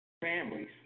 families